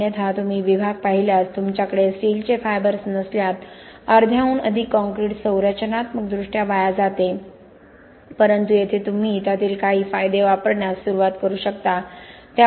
अन्यथा तुम्ही विभाग पाहिल्यास तुमच्याकडे स्टीलचे फायबर्स नसल्यास अर्ध्याहून अधिक काँक्रीट संरचनात्मकदृष्ट्या वाया जाते परंतु येथे तुम्ही त्यातील काही फायदे वापरण्यास सुरुवात करू शकता